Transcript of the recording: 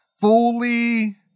fully